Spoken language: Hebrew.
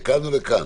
לכאן או לכאן.